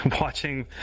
watching